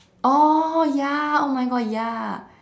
oh ya oh my God ya